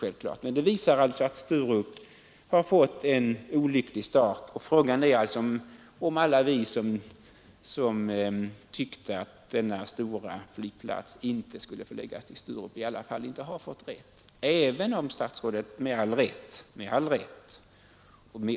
Dessa siffror visar alltså att Sturup har fått en olycklig start, och frågan är om inte alla vi som tyckte att denna stora flygplats inte skulle förläggas till Sturup i alla fall har fått rätt.